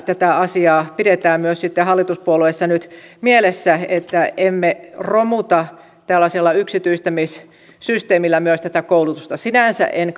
tätä asiaa pidetään myös hallituspuolueissa nyt mielessä että emme romuta tällaisella yksityistämissysteemillä myös tätä koulutusta sinänsä en